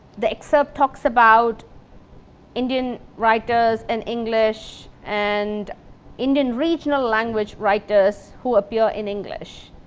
the excerpt talks about indian writers in english and indian regional language writers who appear in english.